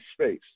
space